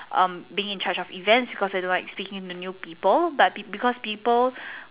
um being in charge of events because I don't like speaking to new people but because people